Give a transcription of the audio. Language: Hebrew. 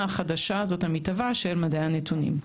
החדשה הזאת המתהווה של מדעי הנתונים.